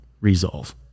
resolve